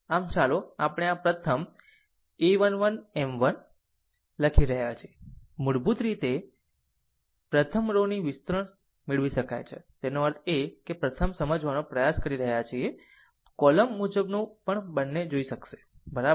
આમ ચાલો આપણે આ પ્રથમ a 1 1 M 1 1 લખી રહ્યા છીએ મૂળભૂત રીતે પ્રથમ રો ની સાથે વિસ્તરણ મેળવી શકાય છે તેનો અર્થ એ કે પ્રથમ સમજાવવાનો પ્રયાસ કરી રહ્યાં છે કોલમ મુજબનું પણ બંને જોઈ શકશે બરાબર છે